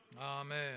Amen